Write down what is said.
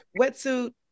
wetsuit